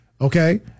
Okay